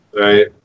Right